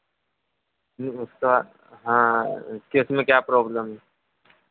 नहीं उसका हाँ कि उसमें क्या प्रॉब्लम है